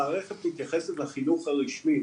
המערכת מתייחסת לחינוך הרשמי.